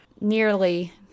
nearly